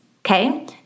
okay